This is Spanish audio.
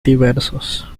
diversos